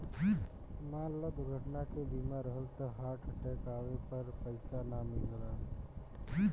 मान ल दुर्घटना के बीमा रहल त हार्ट अटैक आवे पर पइसा ना मिलता